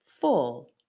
full